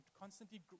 constantly